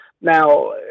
Now